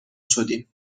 شدیم